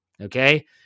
Okay